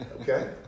Okay